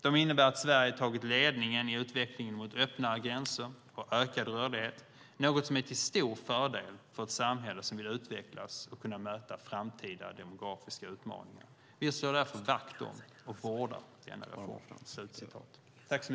De innebär att Sverige tagit ledningen i utvecklingen mot öppnare gränser och ökad rörlighet - något som är till stor fördel för ett samhälle som vill utvecklas och kunna möta framtida demografiska utmaningar. Vi slår därför vakt om och vårdar denna reform."